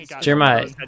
Jeremiah